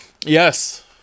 Yes